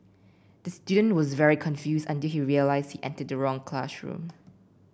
the student was very confused until he realised he entered the wrong classroom